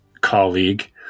Colleague